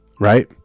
right